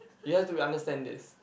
you have to understand this